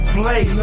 play